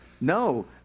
no